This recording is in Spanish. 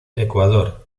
ecuador